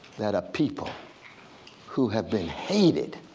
that a people who have been hated